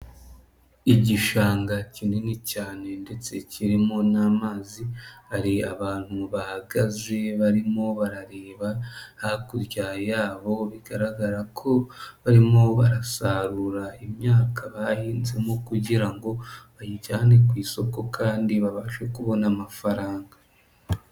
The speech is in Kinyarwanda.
Igishanga kinini cyane ndetse kirimo n'amazi ,hari abantu bahagaze, barimo barareba, hakurya yabo bigaragara ko barimo barasarura imyaka bahinzemo kugira ngo bayijyane ku isoko kandi babashe kubona amafaranga.